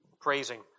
praising